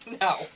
No